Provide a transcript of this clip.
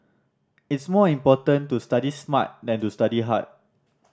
it's more important to study smart than to study hard